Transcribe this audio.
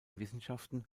wissenschaften